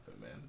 man